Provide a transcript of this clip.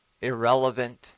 irrelevant